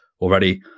already